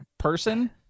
person